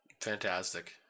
Fantastic